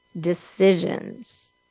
decisions